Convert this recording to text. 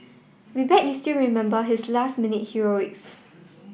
we bet you still remember his last minute heroics